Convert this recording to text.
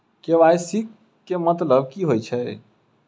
KYC केँ मतलब की होइ छै?